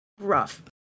rough